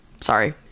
Sorry